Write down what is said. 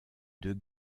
deux